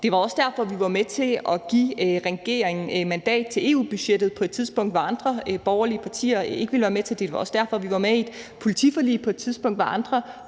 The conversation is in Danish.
Det var også derfor, at vi var med til at give regeringen mandat til EU-budgettet på et tidspunkt, hvor andre borgerlige partier ikke ville være med til det. Det var også derfor, vi var med i et politiforlig på et tidspunkt, hvor andre